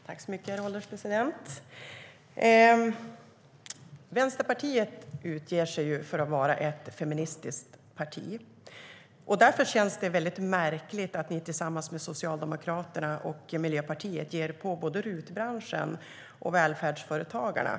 Herr ålderspresident! Vänsterpartiet utger sig för att vara ett feministiskt parti. Därför känns det väldigt märkligt att ni tillsammans med Socialdemokraterna och Miljöpartiet ger er på både RUT-branschen och välfärdsföretagarna.